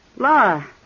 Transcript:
Laura